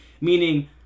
Meaning